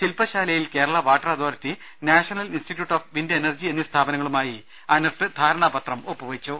ശിൽപ്പശാലയിൽ Kerala water authority national institute of wind energy എന്നീ സ്ഥാപനങ്ങളുമായി അനർട്ട് ധാര ണാപത്രം ഒപ്പുവെച്ചു